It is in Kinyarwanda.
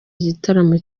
gitaramo